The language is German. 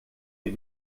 wir